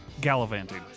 Gallivanting